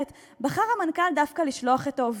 בחר המנכ"ל דווקא לשלוח את העובדים,